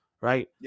right